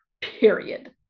period